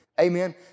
amen